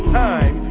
time